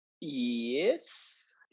Yes